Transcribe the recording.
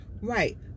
Right